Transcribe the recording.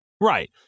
right